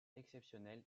exceptionnelle